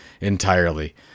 entirely